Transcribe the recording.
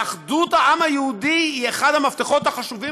ואחדות העם היהודי היא אחד המפתחות החשובים